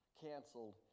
canceled